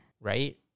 Right